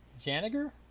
Janiger